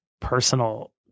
personal